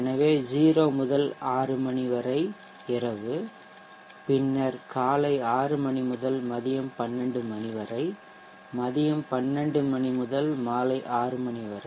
எனவே 0 முதல் 6 மணி வரை இரவு பின்னர் காலை 6 மணி முதல் மதியம் 12 மணி வரை மதியம் 12 மணி முதல் மாலை 6 மணி வரை